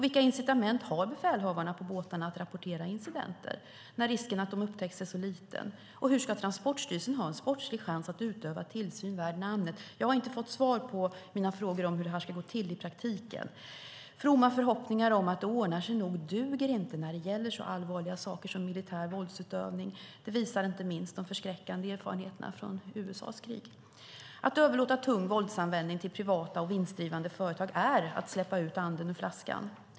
Vilka incitament har befälhavarna på båtarna att rapportera incidenter, när risken för att de upptäcks är så liten? Hur ska Transportstyrelsen ha en sportslig chans att utöva tillsyn värd namnet? Jag har inte fått svar på mina frågor om hur det här ska gå till i praktiken. Fromma förhoppningar om att det nog ordnar sig duger inte när det gäller så allvarliga saker som militär våldsutövning. Det visar inte minst de förskräckande erfarenheterna från USA:s krig. Att överlåta tung våldsanvändning till privata och vinstdrivande företag är att släppa ut anden ur flaskan.